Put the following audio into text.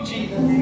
Jesus